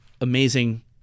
amazing